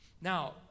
Now